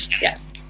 Yes